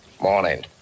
Morning